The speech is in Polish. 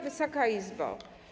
Wysoka Izbo!